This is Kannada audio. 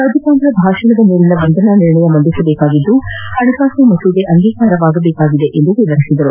ರಾಜ್ಯಪಾಲರ ಭಾಷಣದ ಮೇಲೆ ವಂದನಾ ನಿರ್ಣಯ ಮಂಡಿಸಬೇಕಾಗಿದ್ದು ಹಣಕಾಸು ಮಸೂದೆ ಅಂಗೀಕಾರವಾಗಬೇಕಿದೆ ಎಂದು ವಿವರಿಸಿದರು